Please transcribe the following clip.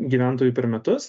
gyventojų per metus